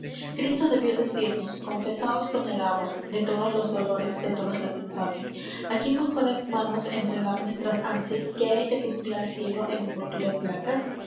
cristo debió decirnos confesaos con el agua de todos los dolores de todas las infamias a quién mejor hermanos entregar nuestras ansias que a ella que sube al cielo en envolturas blancas